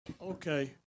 okay